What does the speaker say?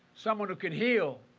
someone who can heal.